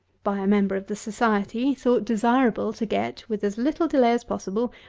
by a member of the society, thought desirable to get, with as little delay as possible,